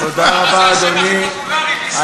זה השם הכי הפופולרי בישראל.